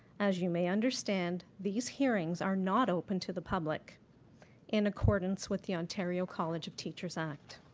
as you may understand, these hearings are not open to the public in accordance with the ontario college of teachers act.